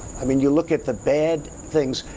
i mean you look at the bad things.